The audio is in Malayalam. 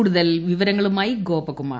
കൂടുതൽ വിവരങ്ങളുമായി ഗോപകുമാർ